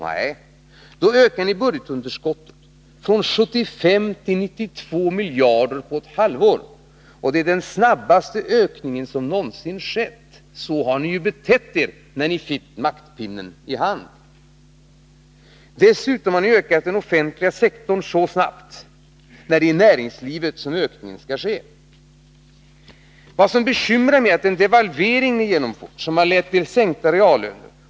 Nej, då ökade ni budgetunderskottet från 75 till 92 miljarder på ett halvår. Det är den snabbaste ökning som någonsin skett. Så har ni ju betett er när ni fått ”maktpinnen” i hand. Dessutom har ni ökat den offentliga sektorn så snabbt, när det är i näringslivet som ökningen skall ske. Vad som bekymrar mig är att en devalvering är genomförd, som har lett till sänkta reallöner.